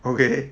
okay